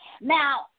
Now